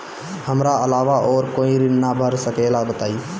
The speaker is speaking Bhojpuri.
हमरा अलावा और कोई ऋण ना भर सकेला बताई?